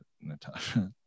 natasha